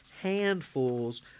handfuls